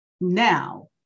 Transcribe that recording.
now